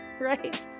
right